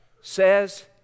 says